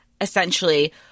essentially